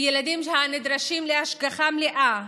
ילדים שנדרשים להשגחה מלאה,